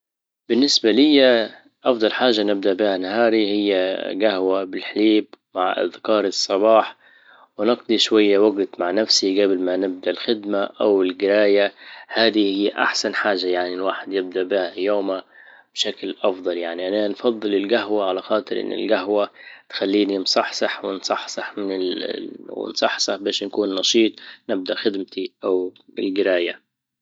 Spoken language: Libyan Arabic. بالنسبة ليا افضل حاجة نبدأ بها نهاري هي جهوة بالحليب مع اذكار الصباح ونجضي شوية وجت مع نفسي قبل ما نبدأ الخدمة او الجراية هذه هي احسن حاجة يعني الواحد يبدأ بها يومه بشكل افضل يعني انا نفضل القهوة على خاطر ان قهوة تخليني نصحصح ونصحصح من ونصحصح باش نكون نشيط نبدأ خدمتي او الجراية